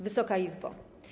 Wysoka Izbo!